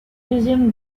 deuxième